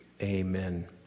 Amen